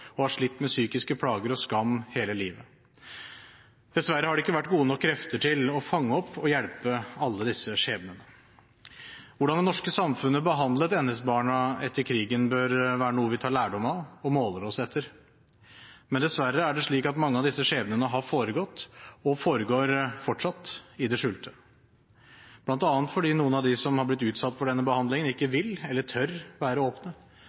og har slitt med psykiske plager og skam hele livet. Dessverre har det ikke vært gode nok krefter til å fange opp og hjelpe alle disse skjebnene. Hvordan det norske samfunnet behandlet NS-barna etter krigen, bør være noe vi tar lærdom av og måler oss etter. Men dessverre er det slik at mange av disse skjebnene har foregått – og foregår fortsatt – i det skjulte, bl.a. fordi noen av dem som har blitt utsatt for denne behandlingen, ikke vil eller tør være åpne.